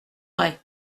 vrai